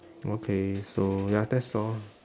okay so ya that's all